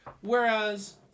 whereas